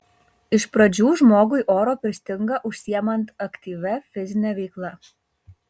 iš pradžių žmogui oro pristinga užsiimant aktyvia fizine veikla